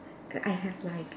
err I have like